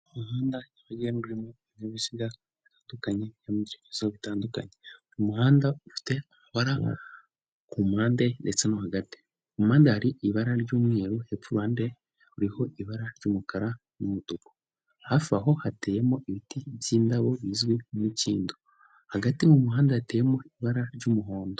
Imihanda y' imigenderanire n'ibinyabiziga bitandukanye mu byirekezo bitandukanye. Buri muhanda ufite amabara ku mpande ndetse no hagati. Mu mpande hari ibara ry'umweru hepfo uruhande ruriho ibara ry'umukara n'umutuku. Hafi aho hateyemo ibiti by'indabo bizwi nk' imikindo. Hagati mu muhanda hateyemo ibara ry'umuhondo.